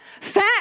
Fat